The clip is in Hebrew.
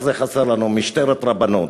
רק זה חסר לנו, משטרת רבנות.